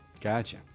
Gotcha